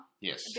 Yes